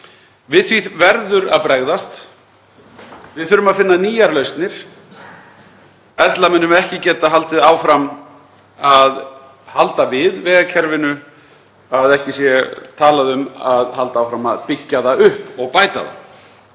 Við því verður að bregðast. Við þurfum að finna nýjar lausnir, ella munum við ekki geta haldið áfram að halda við vegakerfinu, að ekki sé talað um að halda áfram að byggja það upp og bæta það.